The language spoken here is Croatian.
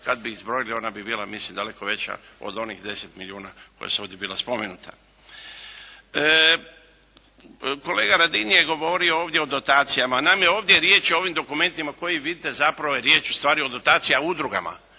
Kada bi ih zbrojili ona bi bila mislim daleko veća od onih 10 milijuna koja su ovdje bila spomenuta. Kolega Radin je govorio ovdje o dotacijama. Naime ovdje je riječ u ovim dokumentima koje vidite, zapravo je riječ ustvari o dotacijama udrugama.